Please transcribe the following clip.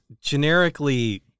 generically